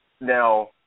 now